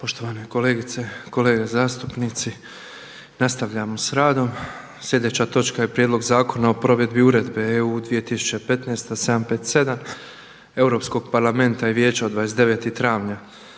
Poštovane kolegice i kolege zastupnici, nastavljamo s radom. Sljedeća točka je: - Prijedlog zakona o provedbi Uredbe (EU) 2015/57 Europskog parlamenta i Vijeća od 29. travnja